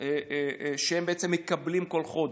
שהם מקבלים כל חודש.